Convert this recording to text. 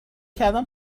کردم